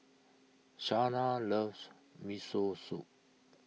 Shanna loves Miso Soup